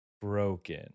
broken